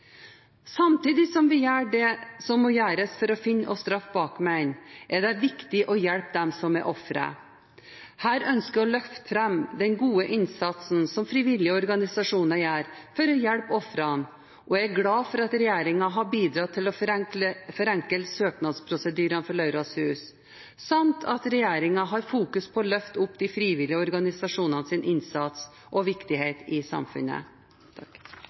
Samtidig som vi gjør det som må gjøres for å finne og straffe bakmenn, er det viktig å hjelpe dem som er ofre. Her ønsker jeg å løfte fram den gode innsatsen som frivillige organisasjoner gjør for å hjelpe ofrene, og jeg er glad for at regjeringen har bidratt til å forenkle søknadsprosedyrene for Lauras hus, samt at regjeringen legger vekt på å løfte opp de frivillige organisasjonenes innsats og viktighet i samfunnet.